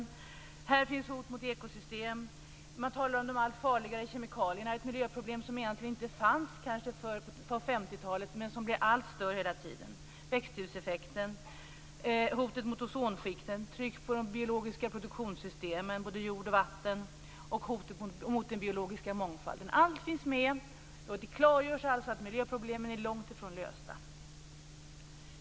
Här talas om hot mot ekosystem. Man talar om de allt farligare kemikalierna - ett miljöproblem som egentligen inte fanns förrän på 50-talet men som blir allt större hela tiden. Växthuseffekten, hotet mot ozonskiktet, trycket på de biologiska produktionssystemen - både jord och vatten - och hotet mot den biologiska mångfalden - allt finns med. Det klargörs att miljöproblemen är långt ifrån lösta.